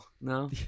No